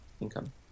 income